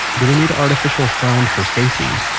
do we need artificial sound for safety?